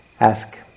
ask